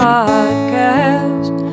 Podcast